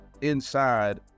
inside